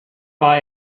war